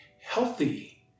healthy